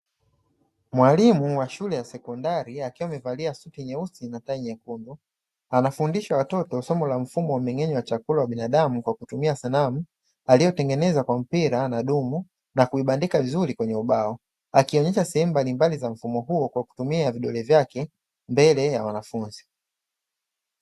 Mwalimu wa shule ya sekondari akiwa amevalia suti nyeusi na tai nyekundu. Anafundisha watoto somo la mmeng'enyo wa chakula binadamu kupitia sanamu aliyetengeneza kwa mpira na dumu na kubandikwa vizuri kwenye ubao, akielezea sehemu mbalimbali za mfumo huo kwa kutumia vidole vyake mbele ya wanafunzi.